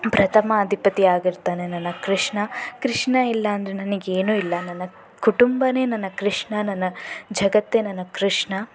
ಪ್ರಥಮ ಅಧಿಪತಿಯಾಗಿರ್ತಾನೆ ನನ್ನ ಕೃಷ್ಣ ಕೃಷ್ಣ ಇಲ್ಲ ಅಂದರೆ ನನಗೇನೂ ಇಲ್ಲ ನನ್ನ ಕುಟುಂಬವೇ ನನ್ನ ಕೃಷ್ಣ ನನ್ನ ಜಗತ್ತೇ ನನ್ನ ಕೃಷ್ಣ